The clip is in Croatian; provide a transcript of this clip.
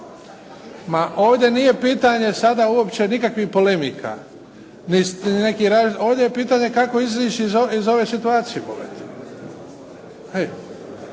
Ma ovdje nije pitanje sada uopće nikakvih polemika ni nekih. Ovdje je pitanje kako izići iz ove situacije.